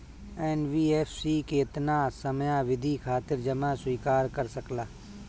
NBFC केतना समयावधि खातिर जमा स्वीकार कर सकला?